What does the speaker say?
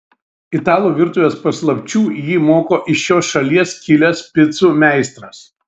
italų virtuvės paslapčių jį moko iš šios šalies kilęs picų meistras